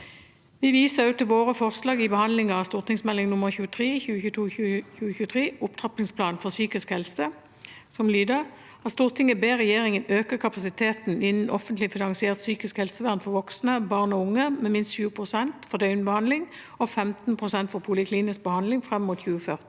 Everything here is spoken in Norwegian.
Vi viser også til vårt forslag i behandlingen av Meld. St. 23 for 2022–2023, Opptrappingsplan for psykisk helse 2023–2033, som lyder: «Stortinget ber regjeringen øke kapasiteten innen offentlig finansiert psykisk helsevern for voksne, og barn og unge med minst 7 pst. for døgnbehandling og 15 pst. for poliklinisk behandling frem mot 2040